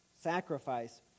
sacrifice